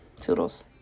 Toodles